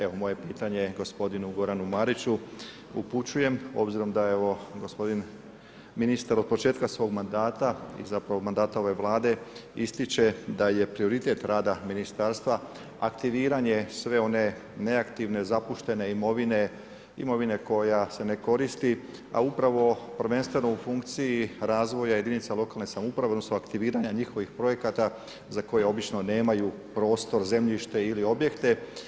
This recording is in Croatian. Evo, moje pitanje je gospodinu Goranu Mariću, upućujem, obzirom da evo, gospodin ministar od početka svog mandata i zapravo mandata ove Vlade ističe da je prioritet rada ministarstva aktiviranje sve one neaktivne, zapuštene imovine, imovine koja se ne koristi, a upravo prvenstveno u funkciji razvoja jedinica lokalne samouprave, odnosno aktiviranje njihovih projekata za koje obično nemaju prostor, zemljište ili objekte.